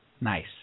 Nice